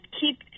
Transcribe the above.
keep